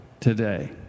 today